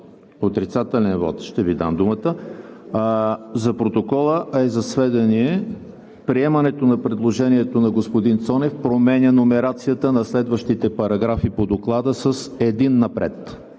Отрицателен вот? Ще Ви дам думата. За протокола, а и за сведение – приемането на предложението на господин Цонев променя номерацията на следващите параграфи по Доклада с един напред.